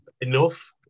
enough